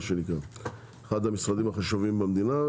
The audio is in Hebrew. זה אחד המשרדים החשובים במדינה,